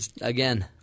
again